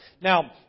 Now